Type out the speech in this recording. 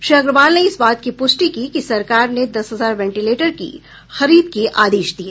श्री अग्रवाल ने इस बात की पुष्टि की कि सरकार ने दस हजार वेंटिलेटर की खरीद के आदेश दिए हैं